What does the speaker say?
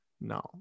No